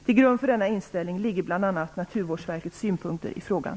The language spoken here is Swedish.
Till grund för denna inställning ligger bl.a. Naturvårdsverkets synpunkter i frågan.